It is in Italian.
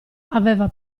aveva